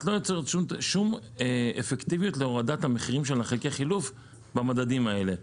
את לא יוצרת שום אפקטיביות להורדת המחירים של חלקי חילוף במדדים האלה.